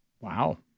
Wow